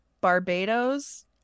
barbados